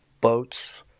boats